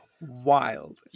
wild